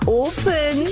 open